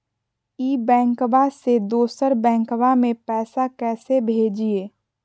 ई बैंकबा से दोसर बैंकबा में पैसा कैसे भेजिए?